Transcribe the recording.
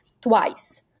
twice